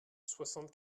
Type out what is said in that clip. soixante